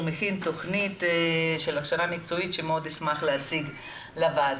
מכין תוכנית של הכשרה מקצועית שמאוד ישמח להציג לוועדה.